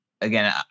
again